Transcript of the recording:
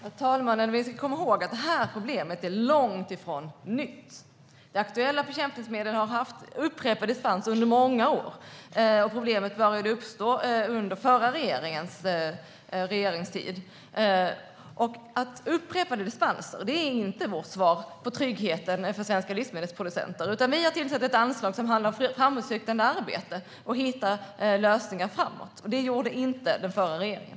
Herr talman! Vi ska komma ihåg att detta problem är långt ifrån nytt. Det aktuella bekämpningsmedlet har haft upprepade dispenser under många år. Problemet började uppstå under den förra regeringens regeringstid. Att ge upprepade dispenser är inte vårt svar på tryggheten för svenska livsmedelsproducenter. Vi har avsatt ett anslag för framåtsyftande arbete för att hitta lösningar framåt. Det gjorde inte den förra regeringen.